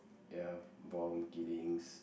there are bomb killings